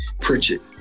Pritchett